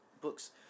books